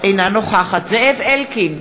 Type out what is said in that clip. אינה נוכחת זאב אלקין,